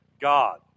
God